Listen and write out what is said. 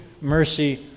mercy